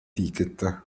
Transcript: ticket